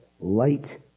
light